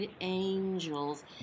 angels